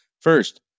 First